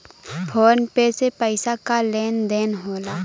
phone पे से पइसा क लेन देन होला